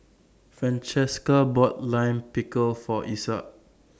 Francesca bought Lime Pickle For Isaak